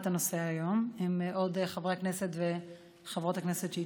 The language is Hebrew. הנושא היום עם עוד חברי כנסת וחברות הכנסת שהצטרפו.